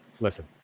Listen